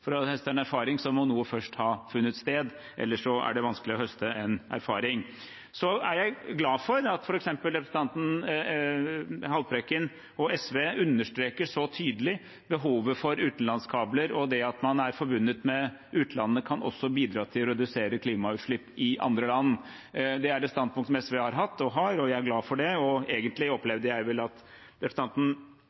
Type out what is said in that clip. For å høste en erfaring må noe først ha funnet sted, ellers er det vanskelig å høste en erfaring. Jeg er glad for at f.eks. representanten Haltbrekken og SV så tydelig understreker behovet for utenlandskabler, og at det å være forbundet med utlandet også kan bidra til å redusere klimautslipp i andre land. Det er et standpunkt som SV har hatt, og har, og jeg er glad for det. Egentlig opplevde jeg vel at representanten